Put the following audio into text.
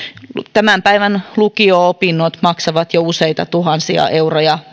tämän päivän lukio opinnot välineineen maksavat perheille jo useita tuhansia euroja